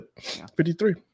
53